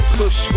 push